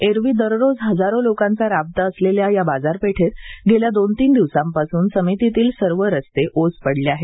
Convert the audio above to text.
एरवी दररोज हजारो लोकांचा राबता असलेल्या या बाजारपेठेत गेल्या दोन तीन दिवसांपासून समितीतील सर्व रस्ते ओस पडले आहेत